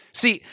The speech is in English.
see